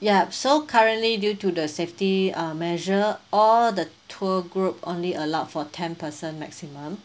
ya so currently due to the safety uh measure all the tour group only allowed for ten person maximum